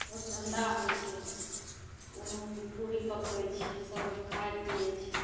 चौरचन्दा होइ छै ओहोमे पूड़ी पकबै छिए सभ खाइ पिए छै